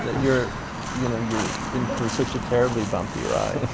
you're you know you're in for such a terribly bumpy ride.